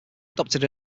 adopted